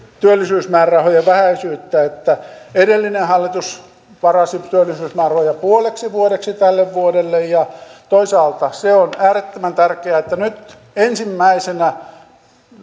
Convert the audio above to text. työllisyysmäärärahojen vähäisyyttä että edellinen hallitus varasi työllisyysmäärärahoja puoleksi vuodeksi tälle vuodelle ja toisaalta se on äärettömän tärkeää että nyt ensimmäisenä